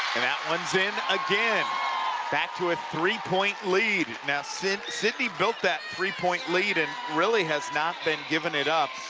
that one's in again back to a three-point lead now, sidney sidney built that three-point lead and really has not been giving it up,